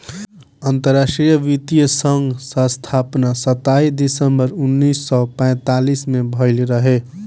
अंतरराष्ट्रीय वित्तीय संघ स्थापना सताईस दिसंबर उन्नीस सौ पैतालीस में भयल रहे